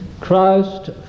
Christ